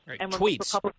Tweets